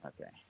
okay